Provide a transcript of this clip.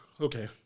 Okay